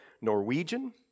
Norwegian